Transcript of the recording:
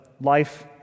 life